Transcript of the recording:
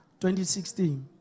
2016